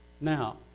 Now